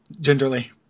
gingerly